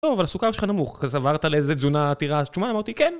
טוב, אבל הסוכר שלך נמוך, אז עברת לאיזה תזונה עתירת שומן? אמרתי כן.